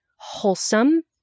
wholesome